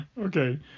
Okay